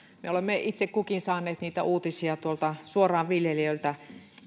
me olemme itse kukin saaneet niitä uutisia tuolta suoraan viljelijöiltä